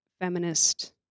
feminist